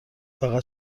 فقط